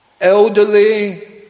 elderly